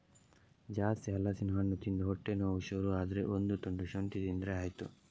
ಜಾಸ್ತಿ ಹಲಸಿನ ಹಣ್ಣು ತಿಂದು ಹೊಟ್ಟೆ ನೋವು ಶುರು ಆದ್ರೆ ಒಂದು ತುಂಡು ಶುಂಠಿ ತಿಂದ್ರೆ ಆಯ್ತು